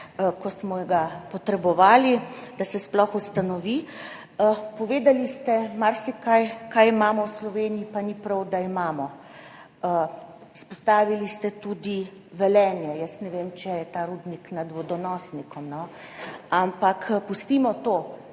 ko smo ga potrebovali, da se sploh ustanovi. Povedali ste marsikaj, kaj imamo v Sloveniji, pa ni prav, da imamo. Izpostavili ste tudi Velenje. Jaz ne vem, če je ta rudnik nad vodonosnikom, ampak pustimo to.